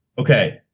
Okay